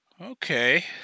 Okay